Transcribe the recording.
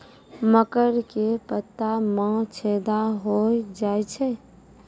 मकर के पत्ता मां छेदा हो जाए छै?